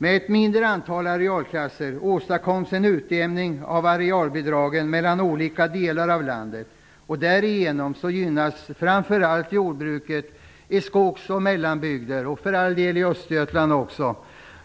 Med ett mindre antal arealklasser åstadkoms en utjämning av arealbidragen mellan olika delar av landet. Därigenom gynnas framför allt jordbruket i skogs och mellanbygder, för all del i Östergötland också,